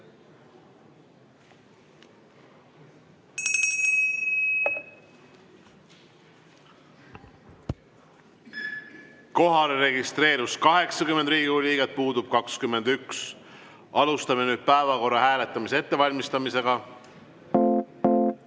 registreerus 80 Riigikogu liiget, puudub 21.Alustame nüüd päevakorra hääletamise ettevalmistamist.